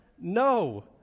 No